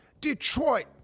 Detroit